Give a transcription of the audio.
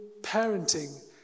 parenting